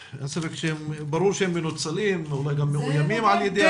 ברור שהם מנוצלים, אולי גם מאוימים על ידי המפעיל.